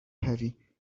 heavy